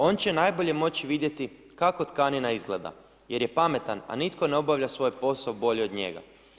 On će najbolje moći vidjeti kako tkanina izgleda jer je pametan, a nitko ne obavlja svoj posao bolje od njega.